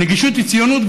ונגישות היא ציונות,